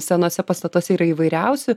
senuose pastatuose yra įvairiausių